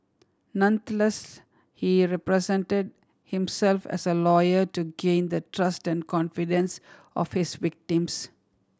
nonetheless he represented himself as a lawyer to gain the trust and confidence of his victims